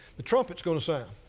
the trumpet is going to sound.